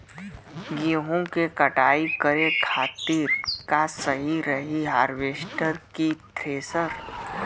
गेहूँ के कटाई करे खातिर का सही रही हार्वेस्टर की थ्रेशर?